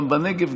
גם בנגב,